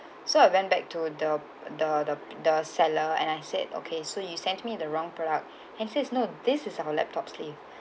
so I went back to the the the the seller and I said okay so you sent me the wrong product and says no this is our laptop sleeve